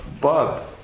Bob